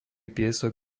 piesok